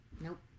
Nope